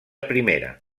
primera